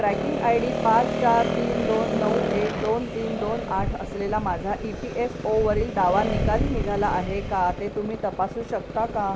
tracking I D पाच चार तीन दोन नऊ एक दोन तीन दोन आठ असलेला माझा ई पी एफ ओवरील दावा निकाली निघाला आहे का ते तुम्ही तपासू शकता का